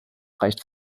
reicht